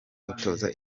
utoza